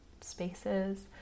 spaces